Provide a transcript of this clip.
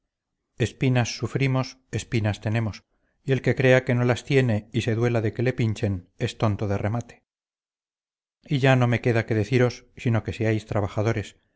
espinas sufrimos espinas tenemos y el que crea que no las tiene y se duela de que le pinchen es tonto de remate y ya no me queda que deciros sino que seáis trabajadores